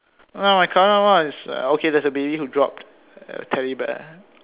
oh my current one is oh okay there's a baby who dropped a teddy bear